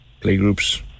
playgroups